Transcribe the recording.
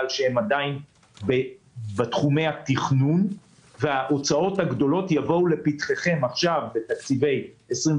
שהם עדיין בתחומי התכנון וההוצאות הגדולות יבואו לפתחכם בתקציבי 23,